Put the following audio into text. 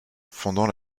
fondant